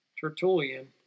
Tertullian